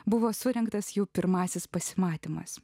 buvo surengtas jų pirmasis pasimatymas